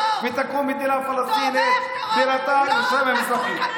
ותקום מדינה פלסטינית שבירתה ירושלים המזרחית.